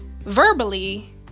verbally